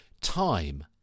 time